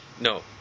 No